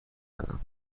دارم